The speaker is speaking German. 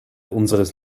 unseres